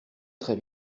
très